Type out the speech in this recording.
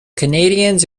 canadiens